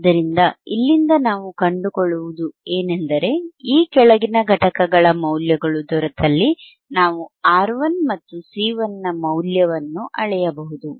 ಆದ್ದರಿಂದ ಇಲ್ಲಿಂದ ನಾವು ಕಂಡುಕೊಳ್ಳುವುದು ಏನೆಂದರೆ ಈ ಕೆಳಗಿನ ಘಟಕಗಳ ಮೌಲ್ಯಗಳು ದೊರೆತಲ್ಲಿ ನಾವು R1 ಮತ್ತು C1 ನ ಮೌಲ್ಯವನ್ನು ಅಳೆಯಬಹುದು